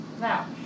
Now